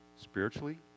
spiritually